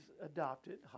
adopted